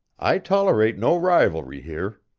i tolerate no rivalry here.